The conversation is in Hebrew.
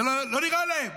זה לא נראה להם.